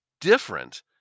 different